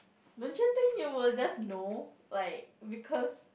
don't you think you will just know like because